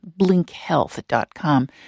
BlinkHealth.com